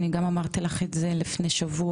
אני גם אמרתי לך את זה לפני שבוע,